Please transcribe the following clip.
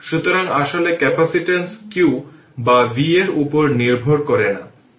সুতরাং এটি 10 ভোল্ট এবং এটি মাইক্রোসেকেন্ড